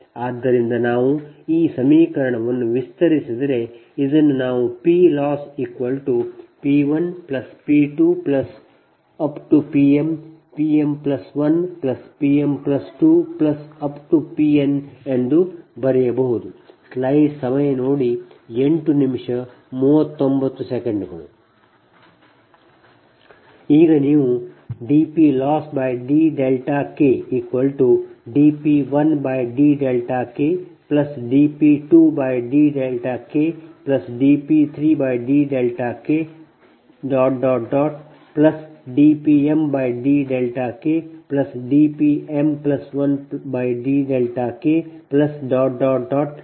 ಆದ್ದರಿಂದ ನಾವು ಈ ಸಮೀಕರಣವನ್ನು ವಿಸ್ತರಿಸಿದರೆ ಇದನ್ನು ನಾವು P Loss P 1 P 2 ⋯ P m P m 1 P m 2 ⋯ P n ಎಂದು ಬರೆಯಬಹುದು